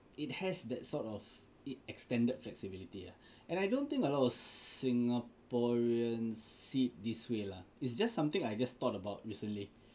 it has that sort of it extended flexibility ah and I don't think a lot of Singaporeans see it this way lah it's just something I just thought about recently